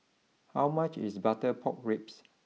how much is Butter Pork Ribs